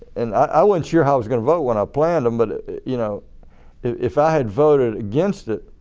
and i wasn't sure how i was going to vote when i planned them but you know if i had voted against it,